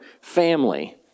family